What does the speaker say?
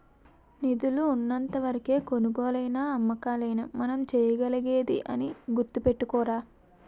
నిధులు ఉన్నంత వరకే కొనుగోలైనా అమ్మకాలైనా మనం చేయగలిగేది అని గుర్తుపెట్టుకోరా